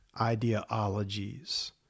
ideologies